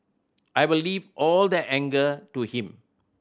I'll leave all the anger to him